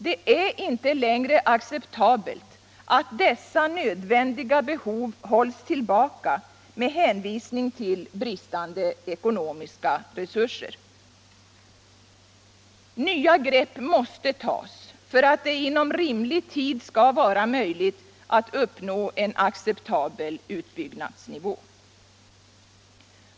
Det är inte längre acceptabelt att dessa nödvändiga behov hålls tillbaka med hänvisning till bristande ekonomiska resurser. Nya grepp måste tas för att det inom rimlig tid skall vara möjligt att uppnå en acceptabel uppbyggnadsnivå.